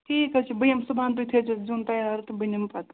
ٹھیٖک حظ چھُ بہٕ یِم صُبحن تُہۍ تھٲیزٮ۪و زِیُن تیار تہٕ بہٕ نِم پتہٕ